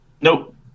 Nope